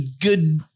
good